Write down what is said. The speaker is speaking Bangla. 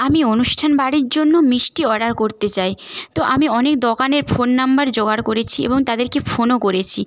আমি অনুষ্ঠান বাড়ির জন্য মিষ্টি অর্ডার করতে চাই তো আমি অনেক দোকানের ফোন নম্বর জোগাড় করেছি এবং তাদেরকে ফোনও করেছি